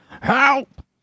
Help